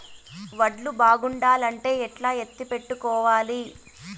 వడ్లు బాగుండాలంటే ఎట్లా ఎత్తిపెట్టుకోవాలి?